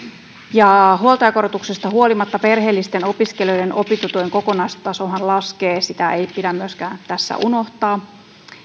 ja huoltajakorotuksesta huolimatta perheellisten opiskelijoiden opintotuen kokonaistasohan laskee sitä ei pidä myöskään tässä unohtaa